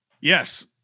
Yes